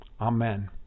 Amen